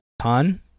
ton